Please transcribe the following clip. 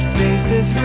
faces